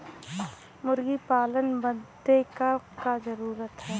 मुर्गी पालन बदे का का जरूरी ह?